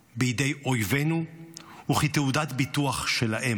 בידי אויבינו וכתעודת ביטוח שלהם.